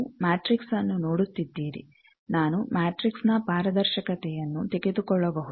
ನೀವು ಮ್ಯಾಟ್ರಿಕ್ಸ್ನ್ನು ನೋಡುತ್ತಿದ್ದೀರಿ ನಾನು ಮ್ಯಾಟ್ರಿಕ್ಸ್ನ ಪಾರದರ್ಶಕತೆಯನ್ನು ತೆಗೆದುಕೊಳ್ಳಬಹುದು